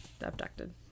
abducted